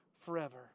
forever